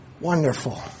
wonderful